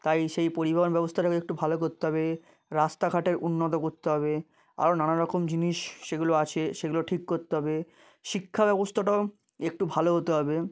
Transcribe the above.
তাই সেই পরিবহণ ব্যবস্থাটাকে একটু ভালো করতে হবে রাস্তাঘাটের উন্নত করতে হবে আরও নানান রকম জিনিস সেগুলো আছে সেগুলো ঠিক করতে হবে শিক্ষা ব্যবস্থাটাও একটু ভালো হতে হবে